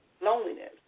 loneliness